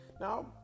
Now